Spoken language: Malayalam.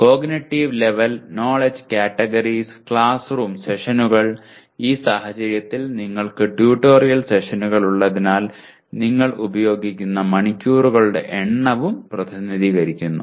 cognitive level knowledge categories classroom സെഷനുകൾ ഈ സാഹചര്യത്തിൽ നിങ്ങൾക്ക് ട്യൂട്ടോറിയൽ സെഷനുകൾ ഉള്ളതിനാൽ നിങ്ങൾ ഉപയോഗിക്കുന്ന മണിക്കൂറുകളുടെ എണ്ണവും പ്രതിനിധീകരിക്കുന്നു